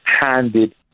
handed